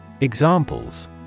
Examples